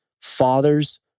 fathers